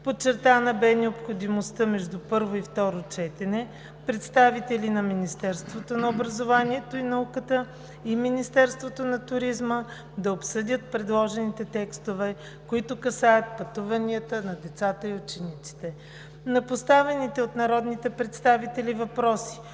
Подчертана бе необходимостта между първо и второ четене представители на Министерството на образованието и науката и на Министерството на туризма да обсъдят предложените текстове, които касаят пътуванията на деца и ученици. На поставените от народните представители въпроси